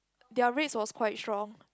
their rates was quite strong